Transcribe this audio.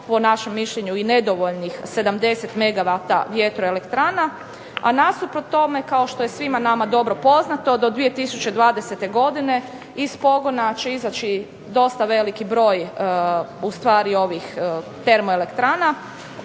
po našem mišljenju i nedovoljnih 70 megavata vjetroelektrana, a nasuprot tome kao što je svima nama dobro poznato do 2020. godine iz pogona će izaći dosta veliki broj ustvari ovih termoelektrana,